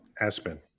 Aspen